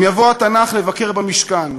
אם יבוא התנ"ך לבקר במשכן,